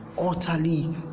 utterly